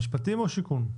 המשפטים או השיכון?